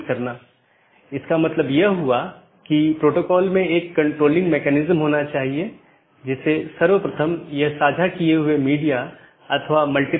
एक गैर मान्यता प्राप्त ऑप्शनल ट्रांसिटिव विशेषता के साथ एक पथ स्वीकार किया जाता है और BGP साथियों को अग्रेषित किया जाता है